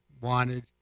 wanted